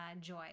joy